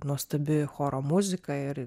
nuostabi choro muzika ir